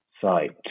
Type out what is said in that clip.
site